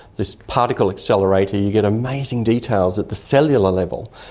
this particle accelerator, you get amazing details at the cellular level.